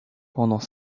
pendant